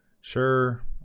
sure